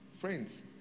Friends